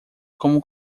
como